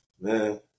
Man